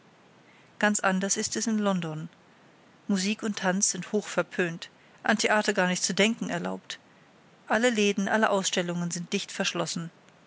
ganz anders ist es in london musik und tanz sind hoch verpönt an theater ist gar nicht zu denken erlaubt alle läden alle ausstellungen sind dicht verschlossen